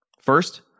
First